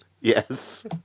Yes